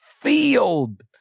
field